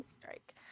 strike